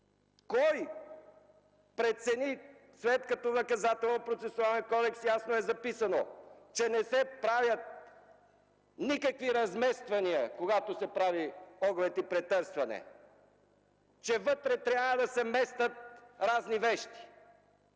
Кой прецени, след като в Наказателно-процесуалния кодекс ясно е записано, че не се правят никакви размествания, когато се прави оглед и претърсване, че вътре трябва да се местят разни вещи?